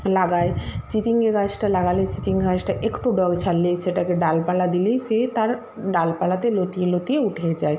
লাগাই চিচিঙ্গা গাছটা লাগালে চিচিঙ্গা গাছটা একটু ডগা ছাড়লেই সেটাকে ডালপালা দিলেই সে তার ডালপালাতে লতিয়ে লতিয়ে উঠে যায়